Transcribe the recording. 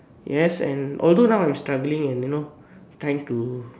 yes and although now I am struggling and you know thanks to